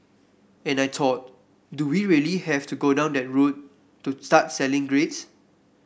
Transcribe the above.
and I thought do we really have to go down that route to start selling grades